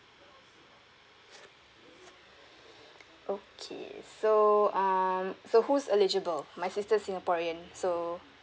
okay so um so who's eligible my sister is singaporean so